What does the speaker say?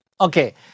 Okay